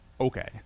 okay